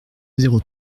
zéro